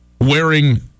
wearing